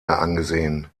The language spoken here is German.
angesehen